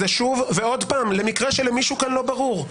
זה שוב ועוד פעם למקרה שלמישהו כאן זה לא ברור.